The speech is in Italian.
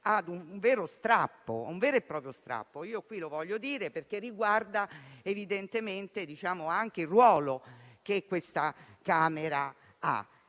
a un vero e proprio strappo. Lo voglio dire perché riguarda evidentemente anche il ruolo di questa Camera